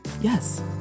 Yes